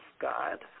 God